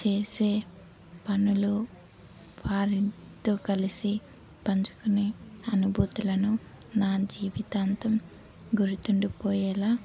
చేసే పనులు వారితో కలిసి పంచుకునే అనుభూతులను నా జీవితాంతం గుర్తుండిపోయేలా